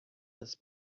this